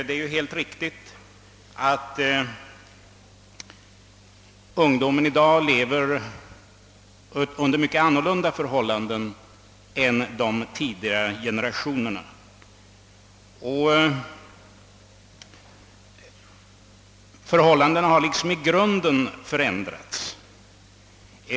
Det är alldeles riktigt att ungdomen i dag lever under andra förhållanden än tidigare generationer. Ungdomens situation har i grunden förändrats.